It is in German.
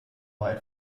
mal